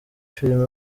filime